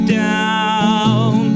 down